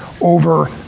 over